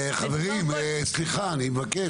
חברים, סליחה, אני מבקש.